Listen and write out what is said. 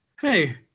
hey